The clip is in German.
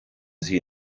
sie